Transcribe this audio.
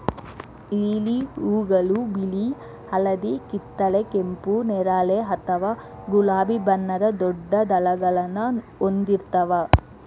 lily ಹೂಗಳು ಬಿಳಿ, ಹಳದಿ, ಕಿತ್ತಳೆ, ಕೆಂಪು, ನೇರಳೆ ಅಥವಾ ಗುಲಾಬಿ ಬಣ್ಣದ ದೊಡ್ಡ ದಳಗಳನ್ನ ಹೊಂದಿರ್ತಾವ